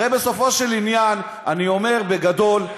הרי בסופו של עניין אני אומר, בגדול,